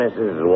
Mrs